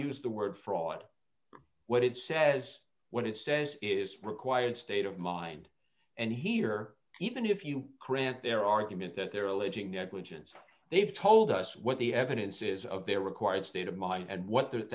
use the word fraud what it says what it says is required state of mind and here even if you grant their argument that they're alleging negligence they've told us what the evidence is of their required state of mind and what the